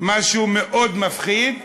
משהו מאוד מפחיד,